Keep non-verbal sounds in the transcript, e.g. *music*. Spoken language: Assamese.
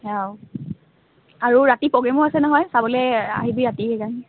আৰু আৰু ৰাতি প্ৰ'গ্ৰেমো নহয় চাবলৈ আহিবি ৰাতি *unintelligible*